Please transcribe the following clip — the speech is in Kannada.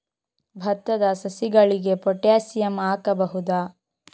ಭತ್ತದ ಸಸಿಗಳಿಗೆ ಪೊಟ್ಯಾಸಿಯಂ ಹಾಕಬಹುದಾ?